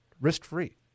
Risk-free